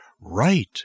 right